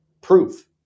proof